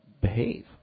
behave